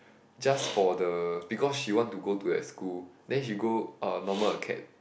just for the because she want to go to that school then she go uh normal acad